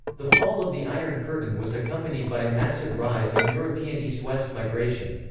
the fall of the iron curtain was accompanied by a massive rise in european east-west migration.